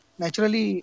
naturally